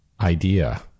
idea